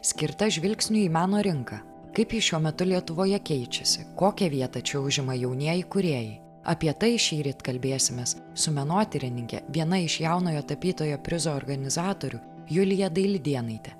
skirta žvilgsniui į meno rinką kaip ji šiuo metu lietuvoje keičiasi kokią vietą čia užima jaunieji kūrėjai apie tai šįryt kalbėsimės su menotyrininke viena iš jaunojo tapytojo prizo organizatorių julija dailidėnaite